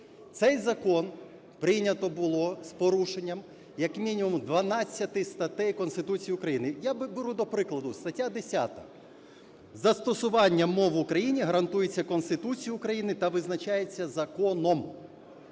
Цей закон прийнято було з порушенням як мінімум 12 статей Конституції України. Я беру, до прикладу, стаття 10: "Застосування мов в Україні гарантується Конституцією України та визначається законом".